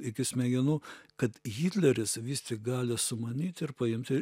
iki smegenų kad hitleris vis tik gali sumanyti ir paimti